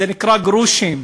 זה נקרא גרושים.